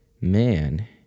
man